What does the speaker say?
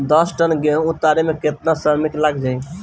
दस टन गेहूं उतारे में केतना श्रमिक लग जाई?